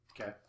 Okay